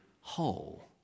whole